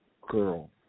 girl